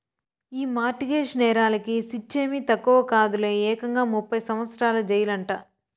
ఈ mortgage నేరాలకి శిచ్చేమీ తక్కువ కాదులే, ఏకంగా ముప్పై సంవత్సరాల జెయిలంట